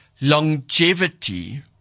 longevity